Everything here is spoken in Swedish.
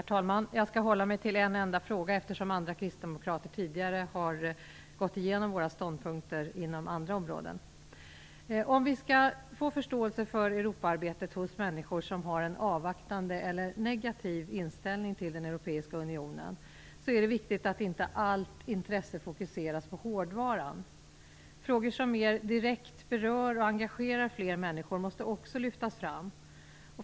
Herr talman! Jag skall hålla mig till en enda fråga. Andra kristdemokrater har ju tidigare gått igenom våra ståndpunkter inom andra områden. Om vi skall få förståelse för Europaarbetet hos människor som har en avvaktande eller negativ inställning till den europeiska unionen, är det viktigt att inte allt intresse fokuseras på "hårdvaran". Frågor som mer direkt berör och engagerar människor måste också lyftas fram.